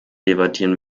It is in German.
debattieren